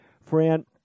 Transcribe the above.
Fran